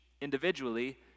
individually